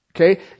Okay